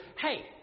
hey